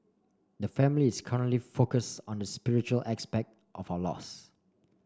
the family is currently focused on the spiritual aspect of our loss